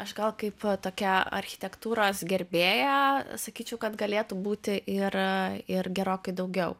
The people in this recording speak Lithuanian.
aš gal kaip tokia architektūros gerbėja sakyčiau kad galėtų būti ir ir gerokai daugiau